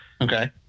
Okay